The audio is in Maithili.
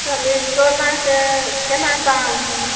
कहलिए सोनाके कोना दाम हइ